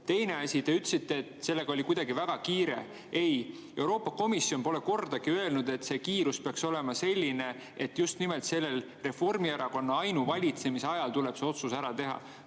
asi, te ütlesite, et sellega oli väga kiire. Ei, Euroopa Komisjon pole kordagi öelnud, et see kiirus peaks olema selline, et just nimelt sellel Reformierakonna ainuvalitsemise ajal tuleb see otsus ära teha.